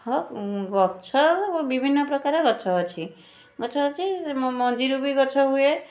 ହଁ ଗଛ ହେଲେ ବିଭିନ୍ନ ପ୍ରକାର ଗଛ ଅଛି ଗଛ ଅଛି ସେ ମ ମଞ୍ଜିରୁ ବି ଗଛ ହୁଏ